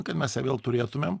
kad mes ją vėl turėtumėm